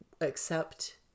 accept